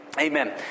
amen